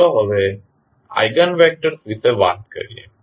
ચાલો હવે eigen vectors વિશે વાત કરીએ